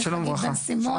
שמי חגית בן סימון,